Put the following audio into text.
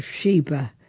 Sheba